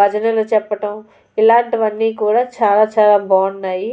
భజనలు చెప్పడం ఇలాంటివి అన్నీ కూడా చాలా చాలా బాగున్నాయి